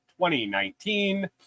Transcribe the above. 2019